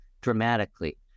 dramatically